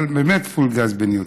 אבל באמת פול גז בניוטרל.